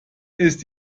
ist